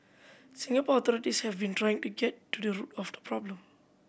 Singapore authorities have been trying to get to the root of the problem